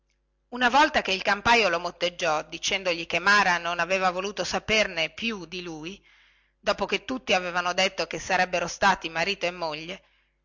una volta che il campaio lo motteggiò dicendogli che mara non aveva voluto saperne più di lui dopo che tutti avevano detto che sarebbero stati marito e moglie